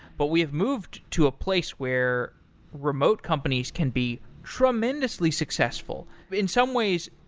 but we have moved to a place where remote companies can be tremendously successful. in some ways,